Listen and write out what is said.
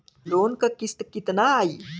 Loan क किस्त कितना आई?